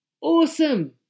awesome